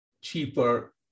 cheaper